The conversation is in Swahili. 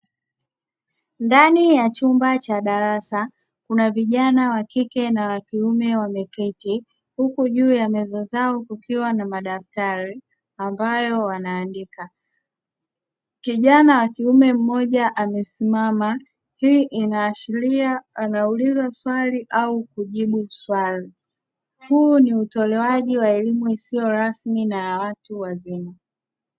Ndani ya chumba cha darasa kuna vijana wakike na wakiume wameketi; huku juu ya meza zao kukiwa na madaftari ambayo wanaandika. Kijana wa kiume mmoja amesimama, hii inaashiria anauliza swali au kujibu swali. Huu ni utolewaji wa elimu isiyo rasmi na ya watu wazima.